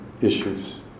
issues